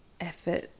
effort